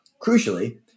crucially